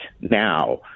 now